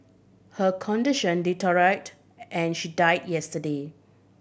her condition deteriorated and she died yesterday